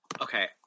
Okay